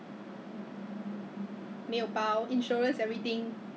err but 他的 burger 现在是 no big deal lah hor 是吗有什么特别 mah